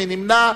מי נמנע?